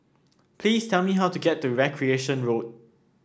please tell me how to get to Recreation Road